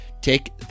Take